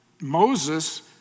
Moses